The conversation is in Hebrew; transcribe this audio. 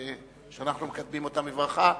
שאנחנו מקדמים אותם בברכה,